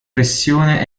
pressione